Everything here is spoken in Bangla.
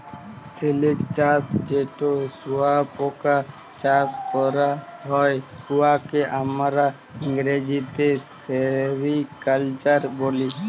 সিলিক চাষ যেট শুঁয়াপকা চাষ ক্যরা হ্যয়, উয়াকে আমরা ইংরেজিতে সেরিকালচার ব্যলি